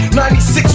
96